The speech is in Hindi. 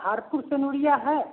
हापुर सुनोरिया